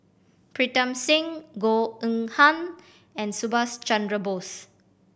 Pritam Singh Goh Eng Han and Subhas Chandra Bose